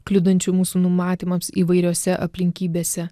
kliudančių mūsų numatymams įvairiose aplinkybėse